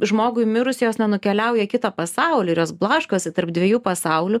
žmogui mirus jos nenukeliauja į kitą pasaulį ir jos blaškosi tarp dviejų pasaulių